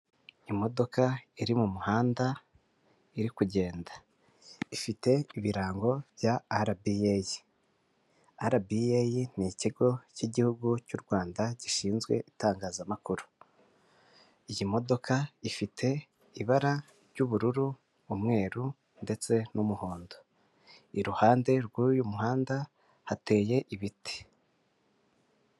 Imodoka iri mu muhanda, iri kugenda. Ifite ibirango bya rba. RBA n'ikigo cy'igihugu cy'u Rwanda gishinzwe itangazamakuru. Iyi modoka ifite ibara ry'ubururu, umweru, ndetse n'umuhondo. Iruhande rw'uyu muhanda, hateye ibiti.